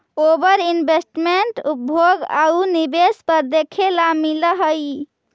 ओवर investment उपभोग आउ निवेश पर देखे ला मिलऽ हई